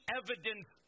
evidence